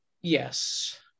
yes